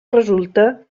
resulta